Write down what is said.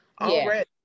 already